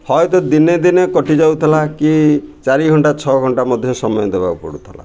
ହୁଏତ ଦିନେ ଦିନେ କଟିଯାଉଥିଲା କି ଚାରି ଘଣ୍ଟା ଛଅ ଘଣ୍ଟା ମଧ୍ୟ ସମୟ ଦେବାକୁ ପଡ଼ୁଥିଲା